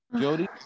jody